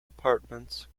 apartments